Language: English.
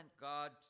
God